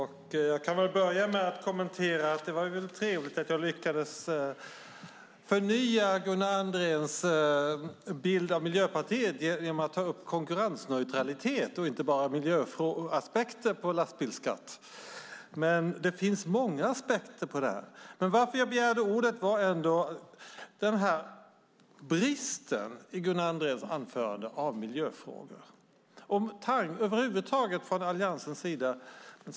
Herr talman! Det var trevligt att jag lyckades förnya Gunnar Andréns bild av Miljöpartiet genom att ta upp konkurrensneutralitet och inte bara miljöaspekter på lastbilsskatt. Det finns många aspekter på detta. Jag begärde ordet på grund av bristen på miljöfrågor i Gunnar Andréns anförande och över huvud taget från Alliansens sida.